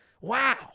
Wow